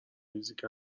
فیزیک